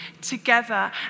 together